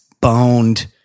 boned